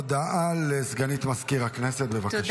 הודעה לסגנית מזכיר הכנסת, בבקשה.